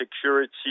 security